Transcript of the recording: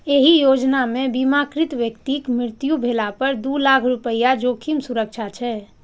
एहि योजना मे बीमाकृत व्यक्तिक मृत्यु भेला पर दू लाख रुपैया जोखिम सुरक्षा छै